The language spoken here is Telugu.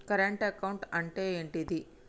కరెంట్ అకౌంట్ అంటే ఏంటిది?